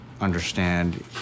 understand